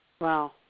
Wow